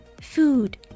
food